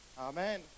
amen